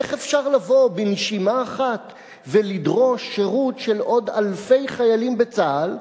איך אפשר לבוא בנשימה אחת ולדרוש שירות של עוד אלפי חיילים בצה"ל,